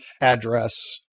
address